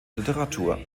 literatur